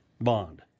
bond